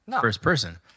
first-person